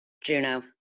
Juno